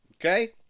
Okay